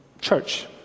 church